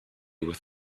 with